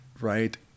right